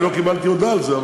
אני לא קיבלתי הודעה על זה,